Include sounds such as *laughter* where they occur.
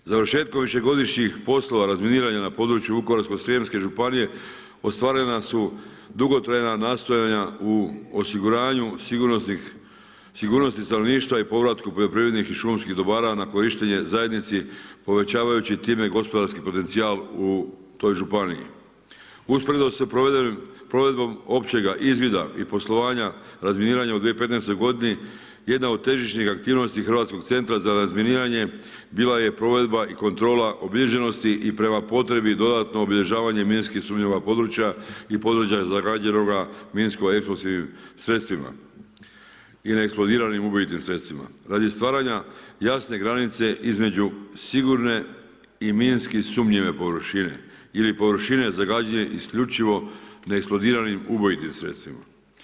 Završetkom višegodišnjih poslova razminiranja na području Vukovarsko-srijemske županije, ostvarena su dugotrajna nastojanja u osiguranju sigurnosti stanovništva i povratku poljoprivrednih i šumskih dobara na korištenje zajednici, povećavajući time gospodarski potencijal u toj županiji. … *unintelligible* provedbom općega izvida i poslovanja razminiranja u 2015. godini jedna od težišnih aktivnosti Hrvatskog centra za razminiranje bila je provedba i kontrola obilježenosti i prema potrebi, dodatno obilježavanje minski sumnjivih područja i područja zagađenoga minsko-eksplozivnim sredstvima i neeksplodiranim ubojitim sredstvima radi stvaranja jasne granice između sigurne i minski sumnjive površine ili površine zagađene isključivo neeksplodiranim ubojnim sredstvima.